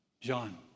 John